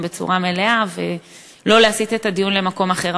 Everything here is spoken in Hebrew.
בצורה מלאה ולא להסיט את הדיון למקום אחר.